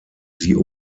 sie